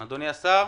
אדוני השר,